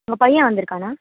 உங்கள் பையன் வந்துருக்கானா